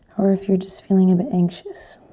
or if you're just feeling a bit anxious.